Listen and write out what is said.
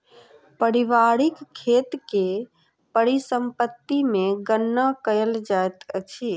पारिवारिक खेत के परिसम्पत्ति मे गणना कयल जाइत अछि